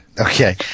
Okay